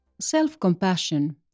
Self-compassion